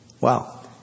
Wow